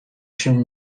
się